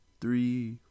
three